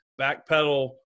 backpedal